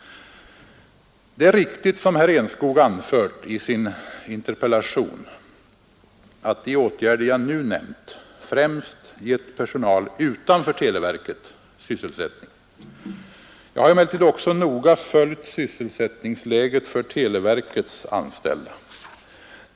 Det är riktigt som herr Enskog anfört i sin interpellation att de åtgärder jag nu nämnt främst gett personal utanför televerket sysselsättning. Jag har emellertid också noga följt sysselsättningsläget för televerkets anställda.